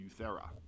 Euthera